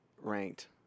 ranked